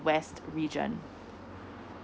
west region